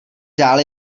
dál